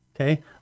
okay